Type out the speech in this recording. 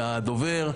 לדובר.